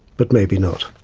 but maybe not.